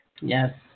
Yes